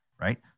right